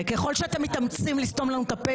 ככל שאתם מתאמצים לסתום לנו את הפה,